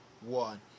one